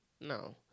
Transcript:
No